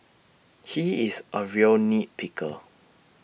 he is A real nit picker